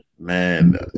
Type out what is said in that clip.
Man